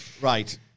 Right